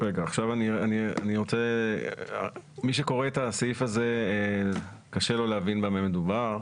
מי שקורא את הסעיף הזה, קשה לו להבין במה מדובר.